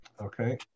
Okay